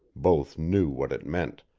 both knew what it meant.